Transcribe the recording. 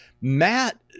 Matt